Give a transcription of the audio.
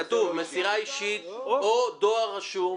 כתוב: "מסירה אישית או דואר רשום".